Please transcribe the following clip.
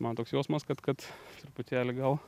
man toks jausmas kad kad truputėlį gal